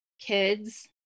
kids